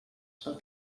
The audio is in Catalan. pel